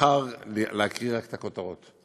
אבחר להקריא רק את הכותרות.